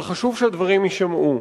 אבל חשוב שהדברים יישמעו.